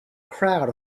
crowd